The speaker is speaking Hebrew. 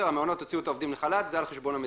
המעונות הוציאו את העובדים לחל"ת זה על חשבון המדינה.